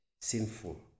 sinful